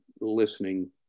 listening